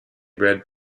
red